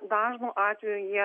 dažnu atveju jie